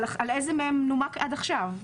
איזה מהם נומק עד עכשיו?